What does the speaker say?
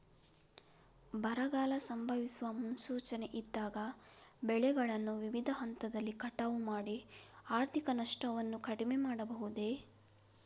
ಬರಗಾಲ ಸಂಭವಿಸುವ ಮುನ್ಸೂಚನೆ ಇದ್ದಾಗ ಬೆಳೆಗಳನ್ನು ವಿವಿಧ ಹಂತದಲ್ಲಿ ಕಟಾವು ಮಾಡಿ ಆರ್ಥಿಕ ನಷ್ಟವನ್ನು ಕಡಿಮೆ ಮಾಡಬಹುದೇ?